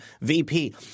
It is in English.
VP